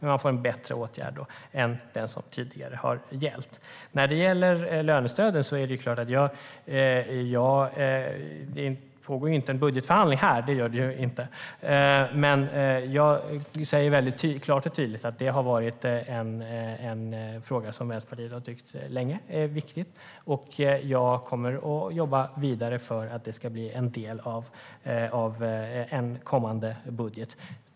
Nu får de dock bättre åtgärder än den som tidigare har gällt. När det gäller lönestödet pågår det ingen budgetförhandling här. Men låt mig vara tydlig med att det är en fråga som Vänsterpartiet länge har tyckt är viktig. Jag kommer att jobba vidare för att det ska bli en del av en kommande budget.